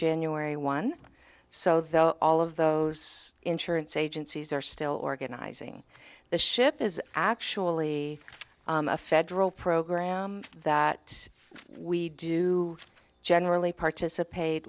january one so though all of those insurance agencies are still organizing the ship is actually a federal program that we do generally participate